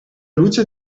luce